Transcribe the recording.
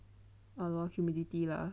uh humidity lah